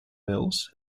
mills